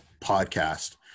podcast